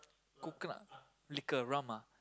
coconut liquor rum ah